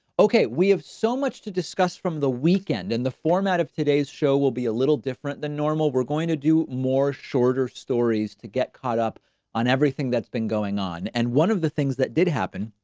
okay, we have so much to discuss from the weekend and the format of today's show will be a little different than normal. we're going to do more shorter stories, to get caught up on everything that's been going on. and one of the things that did happen,